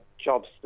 jobs